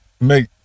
make